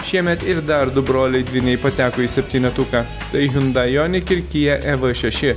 šiemet ir dar du broliai dvyniai pateko į septynetuką tai hiundai jonik ir kija e v šeši